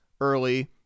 early